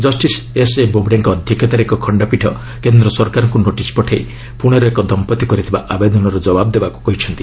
justice S A ବୋବଡେଙ୍କ ଅଧ୍ୟକ୍ଷତାରେ ଏକ ଖଣ୍ଡପୀଠ କେନ୍ଦ୍ ସରକାରଙ୍କ ନୋଟିସ୍ ପଠାଇ ପୁଶେର ଏକ ଦମ୍ପତି କରିଥିବା ଆବେଦନର ଜବାବ ଦେବାକୁ କହିଛନ୍ତି